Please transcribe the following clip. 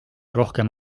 rohkem